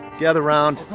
gather around.